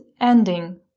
ending